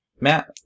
Matt